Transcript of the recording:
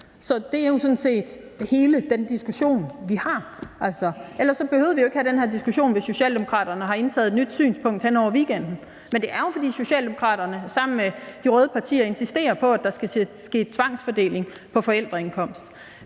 Det er sådan set hele den diskussion, vi har, og vi behøvede jo ikke at have den her diskussion, hvis Socialdemokraterne havde indtaget et nyt synspunkt hen over weekenden. Men det er jo, fordi Socialdemokraterne sammen med de røde partier insisterer på, at der skal ske en tvangsfordeling på baggrund af forældreindkomst.